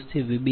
7644 p